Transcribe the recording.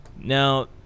Now